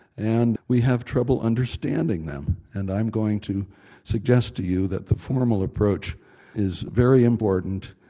and we have trouble understanding them. and i'm going to suggest to you that the formal approach is very important,